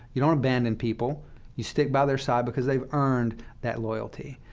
you don't abandon people you stick by their side because they've earned that loyalty.